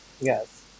Yes